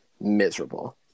miserable